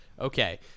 Okay